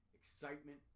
excitement